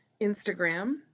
Instagram